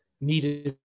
needed